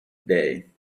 day